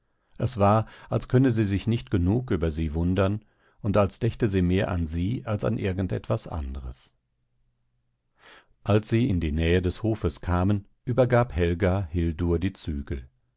es war als könne sie sich nicht genug über sie wundern und als dächte sie mehr an sie als an irgend etwas andres als sie in die nähe des hofes kamen übergab helga hildur die zügel